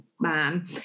Man